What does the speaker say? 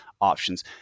options